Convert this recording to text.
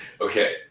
okay